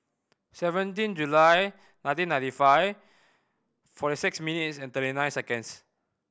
seventeen July nineteen ninety five forty six minutes and thirty nine seconds